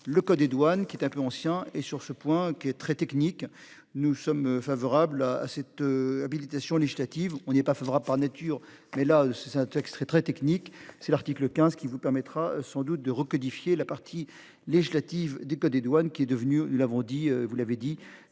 le code des douanes qui est un peu ancien et sur ce point qui est très technique. Nous sommes favorables à cette habilitation législative. On n'est pas favorable par nature mais là c'est c'est un texte très très technique, c'est l'article 15 qui vous permettra sans doute de requalifier la partie législative du code des douanes qui est devenue, nous l'avons dit vous l'avez dit